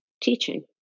teaching